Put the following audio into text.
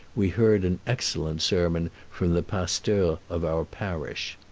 we heard an excellent sermon from the pasteur of our parish.